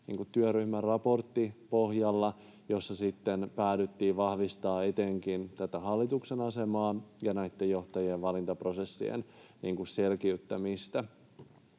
raportti pohjalla, ja sitten päädyttiin vahvistamaan etenkin tätä hallituksen asemaa ja näitten johtajien valintaprosessien selkiyttämistä.